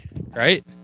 right